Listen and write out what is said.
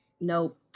nope